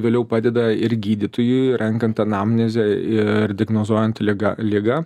vėliau padeda ir gydytojui renkant anamnezę ir diagnozuojant ligą ligą